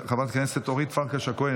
חברת הכנסת אורית פרקש הכהן,